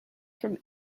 from